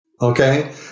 Okay